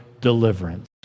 deliverance